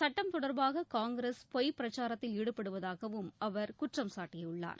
சுட்டம் தொடர்பாக காங்கிரஸ் பொய் பிரச்சாரத்தில் ஈடுபடுவதாகவும் அவர் இந்த குற்றம் சாட்டியுள்ளார்